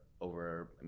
over